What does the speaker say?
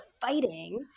fighting